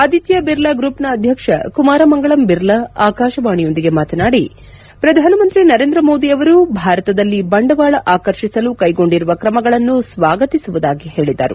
ಆದಿತ್ಯಾ ಬಿರ್ಲಾ ಗ್ರೂಪ್ನ ಅಧ್ಯಕ್ಷ ಕುಮಾರ ಮಂಗಳಂ ಬಿರ್ಲಾ ಆಕಾಶವಾಣಿಯೊಂದಿಗೆ ಮಾತನಾಡಿ ಪ್ರಧಾನಮಂತ್ರಿ ನರೇಂದ್ರ ಮೋದಿ ಅವರು ಭಾರತದಲ್ಲಿ ಬಂಡವಾಳ ಆಕರ್ಷಿಸಲು ಕೈಗೊಂಡಿರುವ ತ್ರಮಗಳನ್ನು ಸ್ವಾಗತಿಸುವುದಾಗಿ ಹೇಳಿದರು